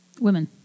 Women